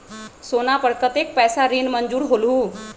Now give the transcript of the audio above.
सोना पर कतेक पैसा ऋण मंजूर होलहु?